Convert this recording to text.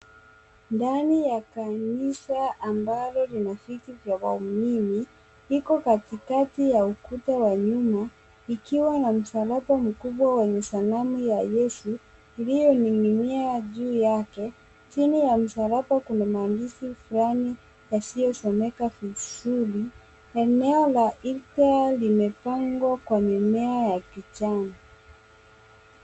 Ndani ya kanisa ambalo lina viti vya waumini, liko katikati ya ukuta wa nyuma likiwa na msalaba mkubwa wenye sanamu ya Yesu iliyoning'inia juu yake. Chini ya msalaba, kuna maandishi fulani yasiyosomeka vizuri. Eneo la irtha limepangwa kwa mimea ya kijani.